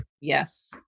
Yes